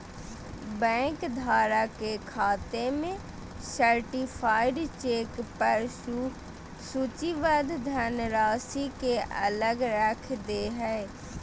bank धारक के खाते में सर्टीफाइड चेक पर सूचीबद्ध धनराशि के अलग रख दे हइ